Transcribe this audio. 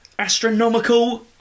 Astronomical